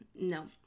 no